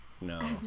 No